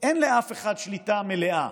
אין לאף אחד שליטה מלאה,